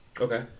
Okay